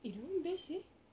eh that [one] best seh